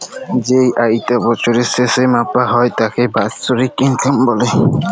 যেই আয়িটা বছরের শেসে মাপা হ্যয় তাকে বাৎসরিক ইলকাম ব্যলে